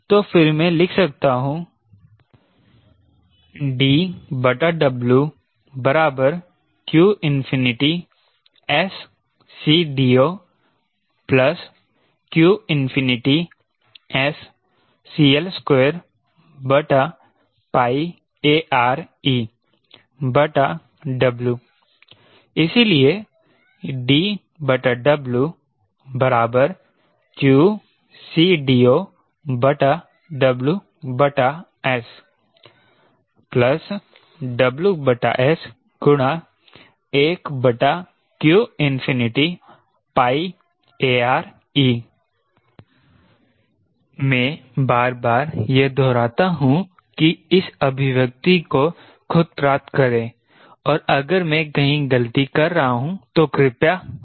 तो फिर मैं लिख सकता हूं DW qSCDO qSCL2AReW इसलिए DW qCDOWS WS1qARe मैं बार बार यह दोहराता हूं कि इस अभिव्यक्ति को खुद प्राप्त करें और अगर मैं कहीं गलती कर रहा हूं तो कृपया फोरम में लिख दे